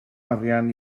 arian